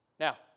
Now